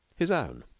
his own.